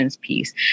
piece